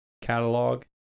catalog